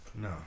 No